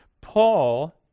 Paul